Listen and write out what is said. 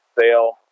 sale